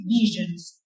visions